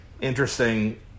Interesting